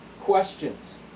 questions